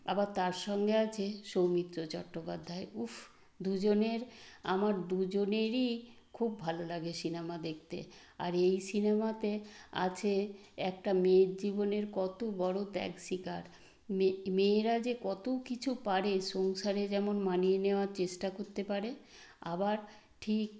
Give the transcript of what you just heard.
আবার তার সঙ্গে আছে সৌমিত্র চট্টোপাধ্যায় উফফ দুজনের আমার দুজনেরই খুব ভালো লাগে সিনেমা দেখতে আর এই সিনেমাতে আছে একটা মেয়ের জীবনের কত বড়ো ত্যাগ স্বীকার মেয়ে মেয়েরা যে কতও কিছু পারে সংসারে যেমন মানিয়ে নেওয়ার চেষ্টা করতে পারে আবার ঠিক